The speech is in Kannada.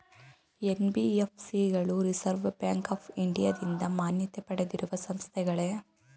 ಎನ್.ಬಿ.ಎಫ್.ಸಿ ಗಳು ರಿಸರ್ವ್ ಬ್ಯಾಂಕ್ ಆಫ್ ಇಂಡಿಯಾದಿಂದ ಮಾನ್ಯತೆ ಪಡೆದಿರುವ ಸಂಸ್ಥೆಗಳೇ?